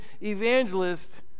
evangelist